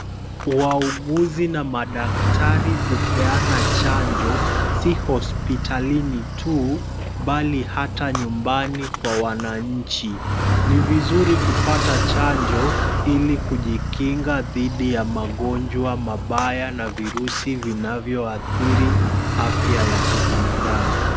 Wauguzi na madaktari hupeana chanjo, si hospitalini tu bali hata nyumbani kwa wananchi. Ni vizuri kupata chanjo ili kujikinga dhidi ya magonjwa mabaya na virusi vinavyoathiri afya ya kibinadamu.